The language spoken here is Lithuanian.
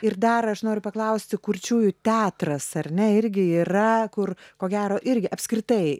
ir dar aš noriu paklausti kurčiųjų teatras ar ne irgi yra kur ko gero irgi apskritai